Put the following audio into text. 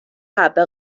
حبه